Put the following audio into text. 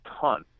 ton